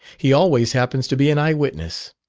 he always happens to be an eyewitness.